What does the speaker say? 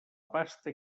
pasta